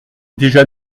déjà